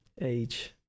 age